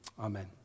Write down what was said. amen